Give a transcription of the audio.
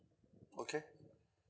okay